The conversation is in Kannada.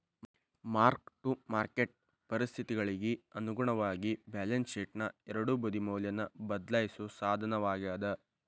ಮಾರ್ಕ್ ಟು ಮಾರ್ಕೆಟ್ ಪರಿಸ್ಥಿತಿಗಳಿಗಿ ಅನುಗುಣವಾಗಿ ಬ್ಯಾಲೆನ್ಸ್ ಶೇಟ್ನ ಎರಡೂ ಬದಿ ಮೌಲ್ಯನ ಬದ್ಲಾಯಿಸೋ ಸಾಧನವಾಗ್ಯಾದ